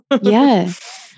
Yes